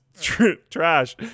trash